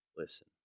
Listen